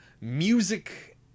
music